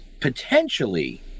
potentially